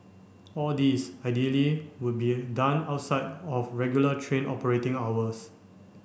all this ideally would be done outside of regular train operating hours